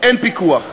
אין פיקוח?